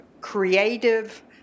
creative